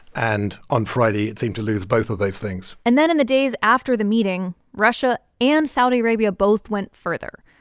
and on friday, it seemed to lose both of those things and then in the days after the meeting, russia and saudi arabia both went further.